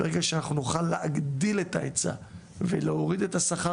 ברגע שנוכל להגדיל את ההיצע ולהוריד את השכר